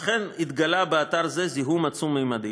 אכן התגלה באתר זה זיהום עצום ממדים.